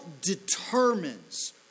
determines